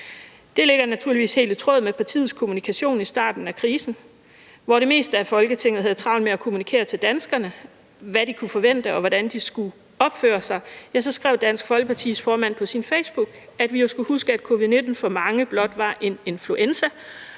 Det ligger naturligvis helt i tråd med partiets kommunikation i starten af krisen, og hvor det meste af Folketinget havde travlt med at kommunikere til danskerne, hvad de kunne forvente, og hvordan de skulle opføre sig, skrev Dansk Folkepartis formand på sin Facebook, at vi jo skulle huske, at covid-19 for mange blot var en influenza,